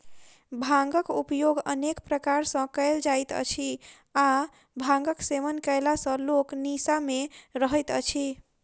भांगक उपयोग अनेक प्रकार सॅ कयल जाइत अछि आ भांगक सेवन कयला सॅ लोक निसा मे रहैत अछि